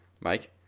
Mike